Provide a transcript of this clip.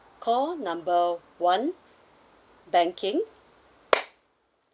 call number one banking